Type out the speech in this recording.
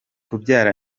kubyara